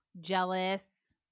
jealous